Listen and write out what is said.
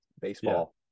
baseball